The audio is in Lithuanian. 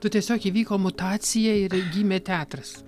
tu tiesiog įvyko mutacija ir gimė teatras